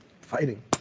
Fighting